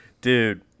Dude